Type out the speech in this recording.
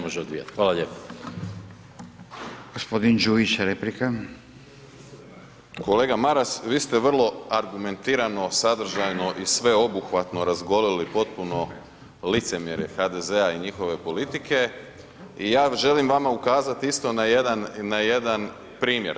Kolega Maras, vi ste vrlo argumentirano, sadržajno i sveobuhvatno razgolili potpuno licemjerje HDZ-a i njihove politike i ja želim vama ukazati isto na jedan primjer.